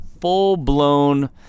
full-blown